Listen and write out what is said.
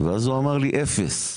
ואז הוא אמר לי, אפס,